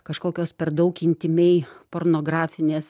kažkokios per daug intymiai pornografinės